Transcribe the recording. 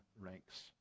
ranks